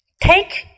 Take